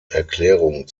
erklärung